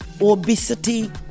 obesity